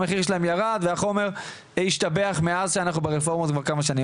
המחיר שלהם ירד והחומר השתבח מאז שאנחנו ברפורמות כבר כמה שנים",